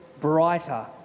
brighter